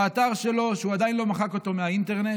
באתר שלו, שהוא עדיין לא מחק אותו מהאינטרנט,